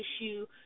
issue